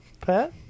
Pat